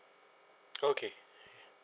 okay